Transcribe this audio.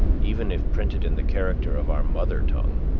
even if printed in the character of our mother tongue,